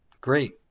Great